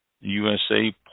usa